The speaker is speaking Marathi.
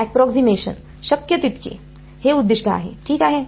एप्रॉक्सीमेशन शक्य तितके हे येथे उद्दिष्ट आहे ठीक आहे